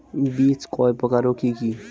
বীজ কয় প্রকার ও কি কি?